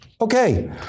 Okay